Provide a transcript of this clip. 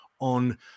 on